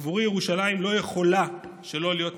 עבורי ירושלים לא יכולה שלא להיות מאוחדת,